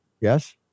Yes